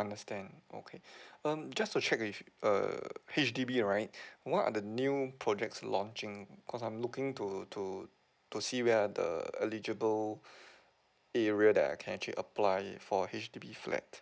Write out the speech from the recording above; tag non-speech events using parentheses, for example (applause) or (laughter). understand okay (breath) um just to check with if uh H_D_B right (breath) what are the new projects launching 'cos I'm looking to to to see where are the eligible (breath) area that I can actually apply for a H_D_B flat